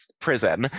prison